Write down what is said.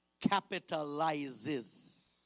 capitalizes